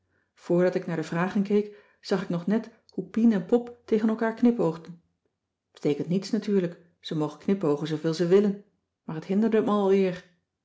voordat ik naar de vragen keek zag ik nog net hoe pien en pop tegen elkaar knipoogden t beteekent niets natuurlijk ze mogen knipoogen zooveel ze willen maar het hinderde me alweer